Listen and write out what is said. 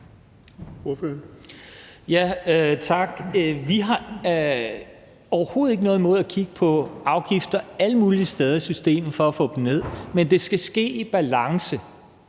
(V): Tak. Vi har overhovedet ikke noget imod at kigge på afgifter alle mulige steder i systemet for at få dem ned, men det skal ske i balance.